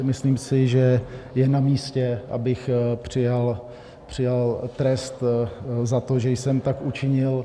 Myslím si, že je namístě, abych přijal trest za to, že jsem tak učinil.